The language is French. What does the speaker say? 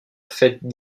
fête